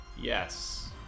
yes